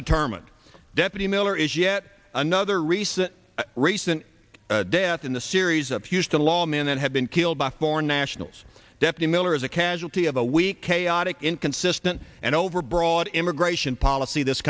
undetermined deputy miller is yet another recent recent death in the series up used a law man that had been killed by foreign nationals deafening miller is a casualty of a weak chaotic inconsistent and overbroad immigration policy this